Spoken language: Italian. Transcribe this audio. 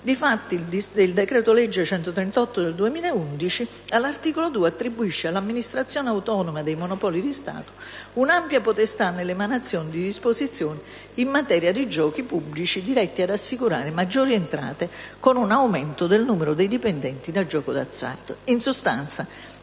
il decreto-legge n. 138 del 2011, all'articolo 2, attribuisce all'Amministrazione autonoma dei monopoli di Stato un'ampia potestà nell'emanazione di disposizioni in materia di giochi pubblici, dirette ad assicurare maggiori entrate con un aumento del numero dei dipendenti da gioco d'azzardo.